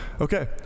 Okay